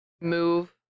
move